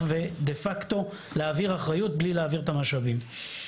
ודפקטו להעביר אחריות בלי להעביר את המשאבים.